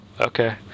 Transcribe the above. okay